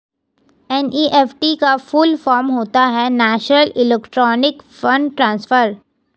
NEFT का full form होता है नेशनल इलेक्ट्रॉनिक्स फण्ड ट्रांसफर